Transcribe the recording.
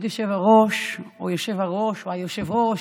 כבוד יושב-הראש או היושב-ראש,